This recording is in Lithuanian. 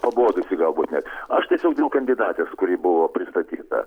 pabodusi galbūt net aš tiesiog dėl kandidatės kuri buvo pristatyta